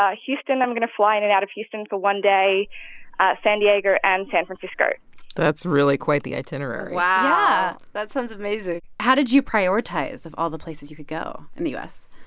ah houston i'm going to fly in and out of houston for one day san diego and san francisco that's really quite the itinerary wow yeah that sounds amazing how did you prioritize, of all the places you could go in the u s?